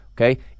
okay